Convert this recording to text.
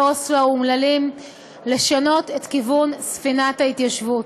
אוסלו האומללים לשנות את כיוון ספינת ההתיישבות,